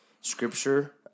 scripture